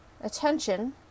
Attention